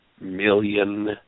million